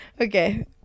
Okay